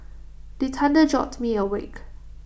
the thunder jolt me awake